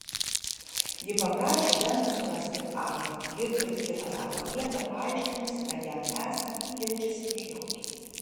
ji paprašė beno surasti ah gitui kitą darbo vietą paaiškinusi kad jam esant ji jaučiasi nejaukiai